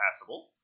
passable